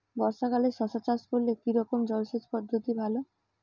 বর্ষাকালে শশা চাষ করলে কি রকম জলসেচ পদ্ধতি ভালো?